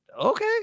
Okay